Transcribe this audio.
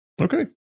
Okay